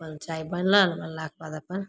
अपन चाइ बनल बनलाके बाद अपन